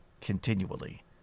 continually